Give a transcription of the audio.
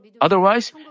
Otherwise